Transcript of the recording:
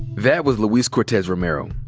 that was luis cortes romero,